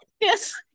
yes